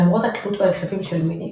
למרות התלות ברכיבים של מיניקס,